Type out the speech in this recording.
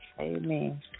Amen